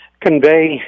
convey